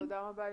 תודה רבה.